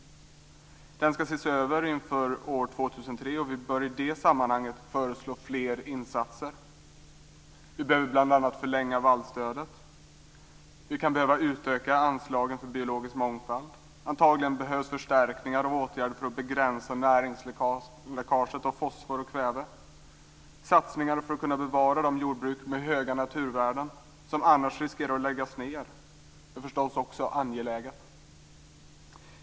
Den ska ses över inför år 2003, och vi bör i det sammanhanget föreslå fler insatser. Vi behöver bl.a. förlänga vallstödet. Vi kan behöva utöka anslagen för biologisk mångfald. Antagligen behövs förstärkningar av åtgärderna för att begränsa näringsläckaget av fosfor och kväve. Satsningar för att kunna bevara de jordbruk med höga naturvärden som annars riskerar att läggas ned är förstås också angelägna.